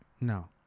No